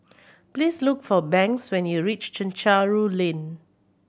please look for Banks when you reach Chencharu Lane